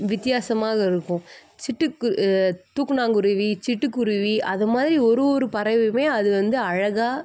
வித்தியாசமாக இருக்கும் சிட்டுக்குரு தூக்கணாங்குருவி சிட்டுக்குருவி அதுமாதிரி ஒரு ஒரு பறவையுமே அது வந்து அழகாக